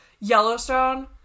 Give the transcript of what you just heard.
yellowstone